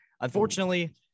unfortunately